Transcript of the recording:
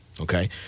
okay